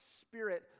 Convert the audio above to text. Spirit